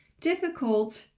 difficult,